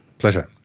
pleasure,